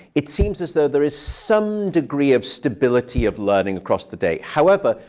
it seems as though there is some degree of stability of learning across the day. however,